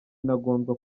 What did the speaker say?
intagondwa